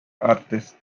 artists